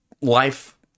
life